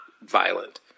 violent